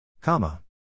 Comma